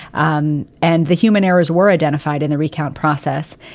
um and the human errors were identified in the recount process.